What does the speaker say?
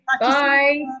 Bye